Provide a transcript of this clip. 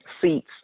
seats